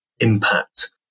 impact